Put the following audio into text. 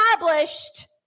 established